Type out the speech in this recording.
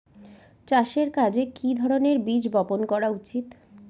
চাষের কাজে কি ধরনের বীজ বপন করা উচিৎ?